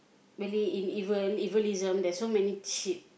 believe in evil Evilism there's so many cheap